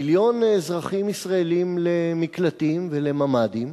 מיליון אזרחים ישראלים למקלטים ולממ"דים